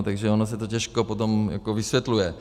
Takže ono se to těžko potom jako vysvětluje.